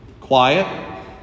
quiet